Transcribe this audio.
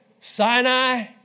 Sinai